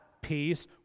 peace